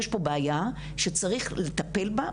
יש פה בעיה שצריך לטפל בה,